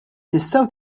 tistgħu